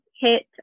hit